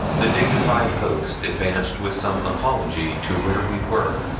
the dignified host advanced with some apology to where we were,